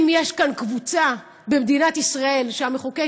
אם יש כאן קבוצה במדינת ישראל שהמחוקק